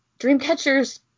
Dreamcatcher's